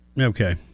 okay